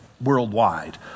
worldwide